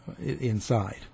inside